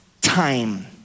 time